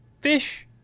fish